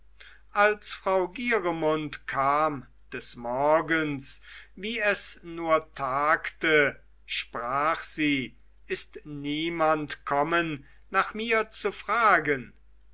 als frau gieremund kam des morgens wie es nur tagte sprach sie ist niemand kommen nach mir zu fragen